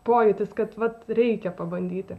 pojūtis kad vat reikia pabandyti